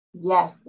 Yes